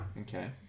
Okay